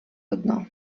одно